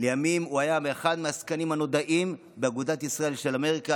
לימים הוא היה לאחד מהעסקנים הנודעים באגודת ישראל של אמריקה,